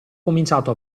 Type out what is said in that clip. cominciato